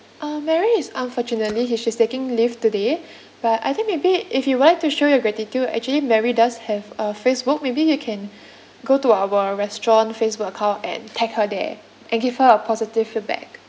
um mary is unfortunately he's she's taking leave today but I think maybe if you would like to show your gratitude actually mary does have a Facebook maybe you can go to our restaurant Facebook account and tag her there and give her a positive feedback